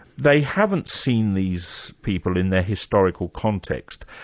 they haven't seen these people in their historical context.